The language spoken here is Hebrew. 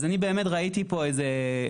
אז אני באמת ראיתי פה איזה,